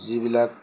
যিবিলাক